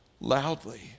loudly